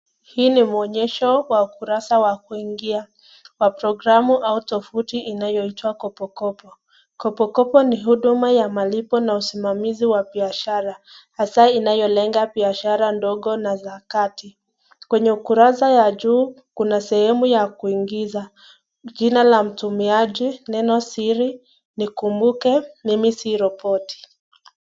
Hii ni mwonyesho wa ukurasa wa kuingia kwa programu au tovuti iliyoitwa KopoKopo. KopoKopo ni huduma ya malipo na usimamizi wa biashara hasa inayolenga biashara ndogo na za kati. Kwenye ukurasa ya juu kuna sehemu ya kuingiza jina la mtumiaji neno siri nikumbuke, mimi si roboti